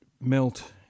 melt